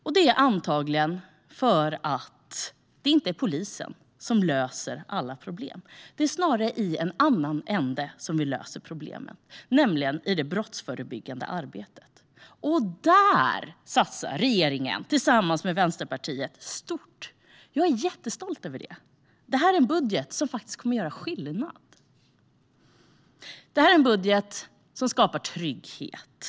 Det beror antagligen på att det inte är polisen som löser alla problem. Det är snarare i en annan ände som vi löser problemen, nämligen i det brottsförebyggande arbetet. Och där satsar regeringen, tillsammans med Vänsterpartiet, stort. Jag är jättestolt över det. Detta är en budget som faktiskt kommer att göra skillnad. Detta är en budget som skapar trygghet.